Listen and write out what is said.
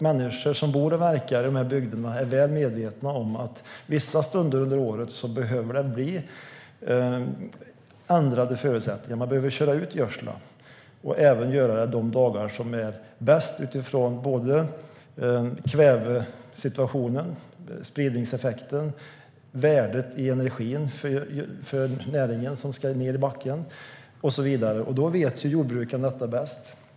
Människor som bor och verkar i de bygderna är väl medvetna om att det vissa stunder under året behöver bli ändrade förutsättningar - man behöver köra ut gödsel och även göra det under de dagar som är bäst utifrån kvävesituationen, spridningseffekten, värdet i energin för näringen som ska ned i backen och så vidare. Detta vet jordbrukarna bäst.